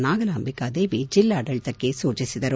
ನಾಗಲಾಂಬಿಕಾ ದೇವಿ ಜೆಲಾಡಳಿತಕ್ಕೆ ಸೂಚಿಸಿದರು